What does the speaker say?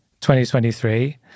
2023